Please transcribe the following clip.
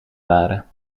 waren